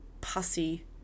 pussy